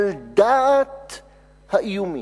על דעת האיומים,